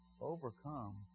overcome